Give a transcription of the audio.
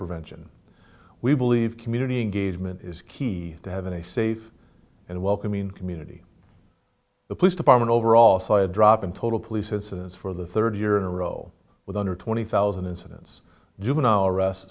prevention we believe community engagement is key to having a safe and welcoming community the police department overall saya drop in total police incidents for the third year in a row with under twenty thousand incidents juvenile arrest